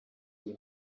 iyi